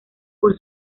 por